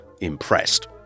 impressed